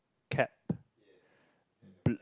cap